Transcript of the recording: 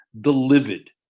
delivered